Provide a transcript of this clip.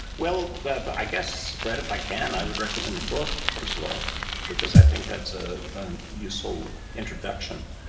well but but i guess, brett, if i can, i would recommend the book first of all because i think that's a and useful introduction.